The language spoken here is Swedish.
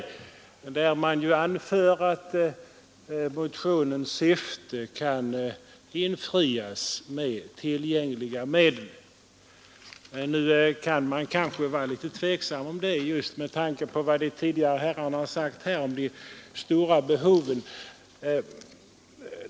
I betänkandet anförs att motionens syfte kan infrias med redan tillgängliga medel. Man kan kanske dock vara tveksam om detta med tanke på vad de båda tidigare talarna har sagt om de stora behov, som föreligger.